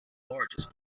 largest